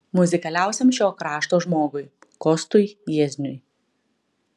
muzikaliausiam šio krašto žmogui kostui jiezniui